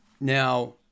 Now